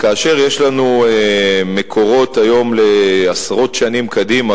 כאשר יש לנו היום מקורות לעשרות שנים קדימה,